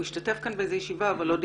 הוא היה כאן בישיבה אבל לא דיבר.